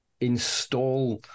install